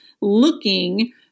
looking